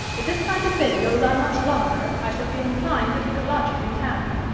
if this kind of thing goes on much longer i shall feel inclined to take a lodging in town